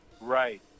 right